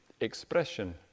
expression